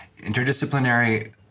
Interdisciplinary